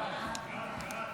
סעיפים 1